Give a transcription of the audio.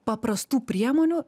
paprastų priemonių